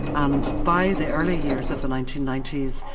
and by the early years of the nineteen ninety s,